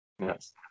Yes